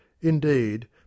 Indeed